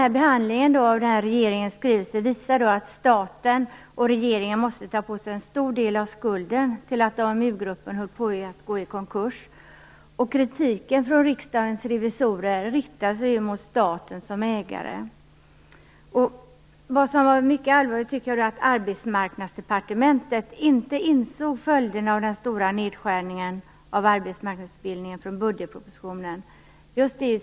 Regeringens skrivelse visar att staten och regeringen måste ta på sig en stor del av skulden till att AmuGruppen höll på att gå i konkurs. Kritiken från Riksdagens revisorer riktar sig mot staten som ägare. Vad som var mycket allvarligt var att Arbetsmarknadsdepartementet inte insåg följderna av den stora nedskärningen av arbetsmarknadsutbildningen i budgetpropositionen.